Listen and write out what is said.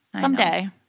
Someday